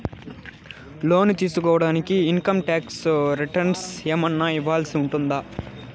లోను తీసుకోడానికి income tax returns ఏమన్నా ఇవ్వాల్సి ఉంటుందా